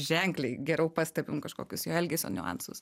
ženkliai geriau pastebim kažkokius jo elgesio niuansus